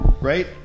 Right